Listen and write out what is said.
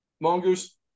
Mongoose